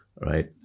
right